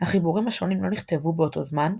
החיבורים השונים לא נכתבו באותו זמן,